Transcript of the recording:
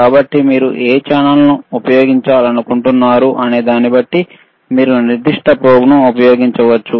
కాబట్టి మీరు ఏ ఛానెల్ను ఉపయోగించాలనుకుంటున్నారు అనేదాని బట్టి మీరు నిర్దిష్ట ప్రోబ్ను ఉపయోగించవచ్చు